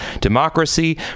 democracy